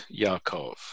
Yaakov